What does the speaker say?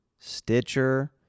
Stitcher